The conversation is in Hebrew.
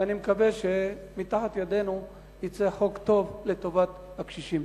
ואני מקווה שיצא מתחת ידינו חוק טוב לטובת הקשישים.